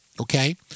Okay